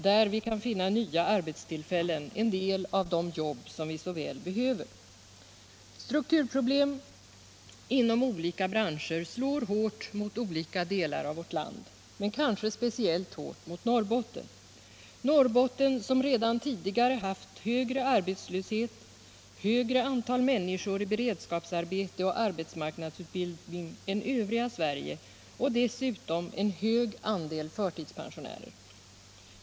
Där kan vi finna nya arbetstillfällen; en del av de jobb vi så väl behöver. Strukturproblemen inom olika branscher slår hårt mot vissa delar av vårt land, men kanske speciellt hårt mot Norrbotten, som redan tidigare haft högre arbetslöshet och större antal människor i beredskapsarbete och arbetsmarknadsutbildning än övriga Sverige, och dessutom hög andel förtidspensionärer.